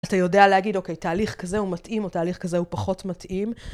אתה יודע להגיד, אוקיי, תהליך כזה הוא מתאים, או תהליך כזה הוא פחות מתאים.